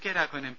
K Raghavan M